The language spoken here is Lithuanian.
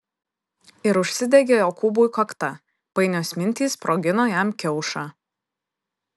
ir užsidegė jokūbui kakta painios mintys sprogino jam kiaušą